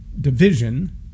division